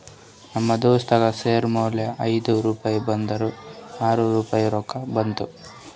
ನಮ್ ದೋಸ್ತಗ್ ಶೇರ್ ಮ್ಯಾಲ ಐಯ್ದು ರುಪಾಯಿ ಬರದ್ ಆರ್ ರುಪಾಯಿ ರೊಕ್ಕಾ ಬಂತು